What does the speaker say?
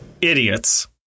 Idiots